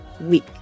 week